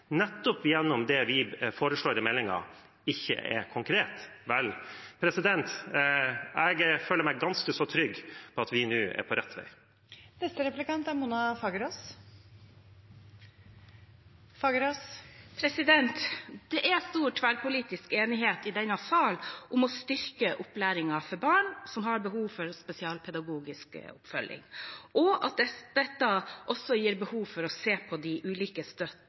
nettopp gjennom det vi foreslår i meldingen, ikke er konkret. Vel – jeg føler meg ganske trygg på at vi nå er på rett vei. Det er stor tverrpolitisk enighet i denne salen om å styrke opplæringen for barn som har behov for spesialpedagogisk oppfølging, og at dette også gir behov for å se på hvordan de ulike